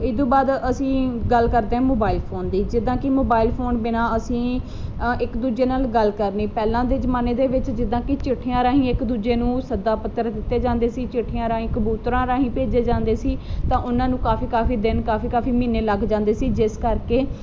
ਇਹਦੂ ਬਾਅਦ ਅਸੀਂ ਗੱਲ ਕਰਦੇ ਹਾਂ ਮੋਬਾਈਲ ਫੋਨ ਦੀ ਜਿੱਦਾਂ ਕਿ ਮੋਬਾਈਲ ਫੋਨ ਬਿਨਾਂ ਅਸੀਂ ਅ ਇੱਕ ਦੂਜੇ ਨਾਲ ਗੱਲ ਕਰਨੀ ਪਹਿਲਾਂ ਦੇ ਜਮਾਨੇ ਦੇ ਵਿੱਚ ਜਿੱਦਾਂ ਕਿ ਚਿੱਠੀਆਂ ਰਾਹੀਂ ਇੱਕ ਦੂਜੇ ਨੂੰ ਸੱਦਾ ਪੱਤਰ ਦਿੱਤੇ ਜਾਂਦੇ ਸੀ ਚਿੱਠੀਆਂ ਰਾਹੀਂ ਕਬੂਤਰਾਂ ਰਾਹੀਂ ਭੇਜੇ ਜਾਂਦੇ ਸੀ ਤਾਂ ਉਹਨਾਂ ਨੂੰ ਕਾਫੀ ਕਾਫੀ ਦਿਨ ਕਾਫੀ ਕਾਫੀ ਮਹੀਨੇ ਲੱਗ ਜਾਂਦੇ ਸੀ ਜਿਸ ਕਰਕੇ